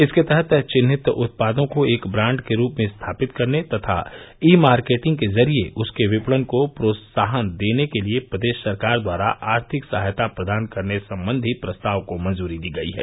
इसके तहत विन्हित उत्पादों को एक ब्रांड के रूप में स्थापित करने तथा ई मार्केटिंग के जरिये उसके विपणन को प्रोत्साहन देने के लिये प्रदेश सरकार द्वारा आर्थिक सहायता प्रदान करने संबंधी प्रस्ताव को मंजूरी दी गई है